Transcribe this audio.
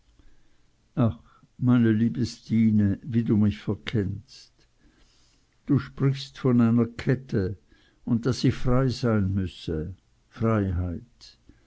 meine liebe stine wie du mich verkennst du sprichst von einer kette und daß ich frei sein müsse freiheit